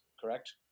Correct